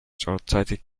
shortsighted